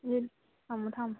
ꯑꯗꯨꯗꯤ ꯊꯝꯃꯣ ꯊꯝꯃꯣ